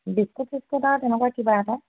biscuit চিস্কুট আৰু তেনেকুৱা কিবা এটা